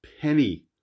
penny